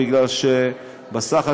בגלל שבסך הכול,